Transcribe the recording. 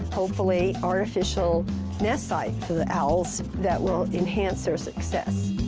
hopefully, artificial nest site for the owls that will enhance their success.